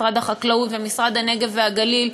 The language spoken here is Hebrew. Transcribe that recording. משרד החקלאות ומשרד הנגב והגליל,